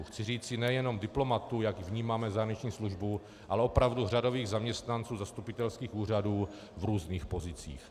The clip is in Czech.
Chci říci nejenom diplomatů, jak vnímáme zahraniční službu, ale opravdu řadových zaměstnanců zastupitelských úřadů v různých pozicích.